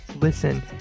listen